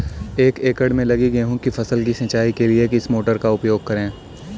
एक एकड़ में लगी गेहूँ की फसल की सिंचाई के लिए किस मोटर का उपयोग करें?